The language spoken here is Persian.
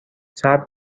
صبر